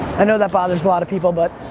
i know that bothers a lot of people but